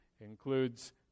includes